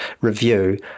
review